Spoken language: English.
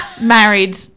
married